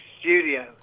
studio